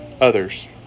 others